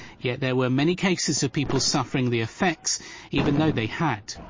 yet there were many cases of people suffering the effects even though they had.